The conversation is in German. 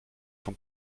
vom